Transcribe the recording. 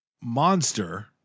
Monster